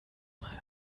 mal